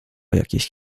jakieś